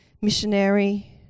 missionary